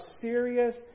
serious